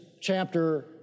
chapter